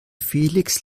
felix